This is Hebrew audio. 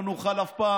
לא נוכל אף פעם